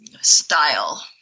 style